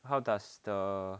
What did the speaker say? how does the